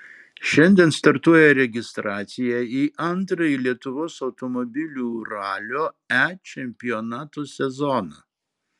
šiandien startuoja registracija į antrąjį lietuvos automobilių ralio e čempionato sezoną